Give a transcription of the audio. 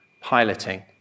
Piloting